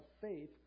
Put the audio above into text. faith